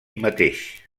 mateix